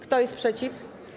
Kto jest przeciw?